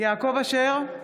יעקב אשר,